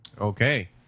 Okay